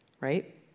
right